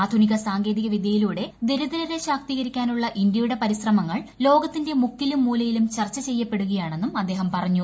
ആധുനിക സാങ്കേതിക വിദ്യയിലൂടെ ദരിദ്രരെ ശാക്തീകരിക്കാനുള്ള ഇന്ത്യയുടെ പരിശ്രമങ്ങൾ ലോകത്തിന്റെ മുക്കിലും മൂലയിലും ചർച്ച ചെയ്യപ്പെടുകയാണെന്നും അദ്ദേഹം പറഞ്ഞു